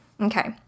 Okay